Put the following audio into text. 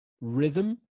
rhythm